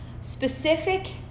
Specific